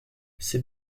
ces